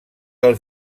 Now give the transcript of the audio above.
del